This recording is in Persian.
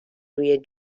روی